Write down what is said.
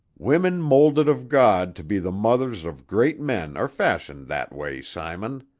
women moulded of god to be the mothers of great men are fashioned that way, simon.